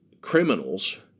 criminals